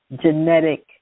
genetic